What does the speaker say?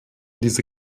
diese